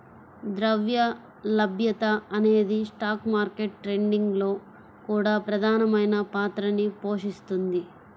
ద్రవ్య లభ్యత అనేది స్టాక్ మార్కెట్ ట్రేడింగ్ లో కూడా ప్రధానమైన పాత్రని పోషిస్తుంది